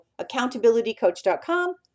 accountabilitycoach.com